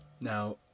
Now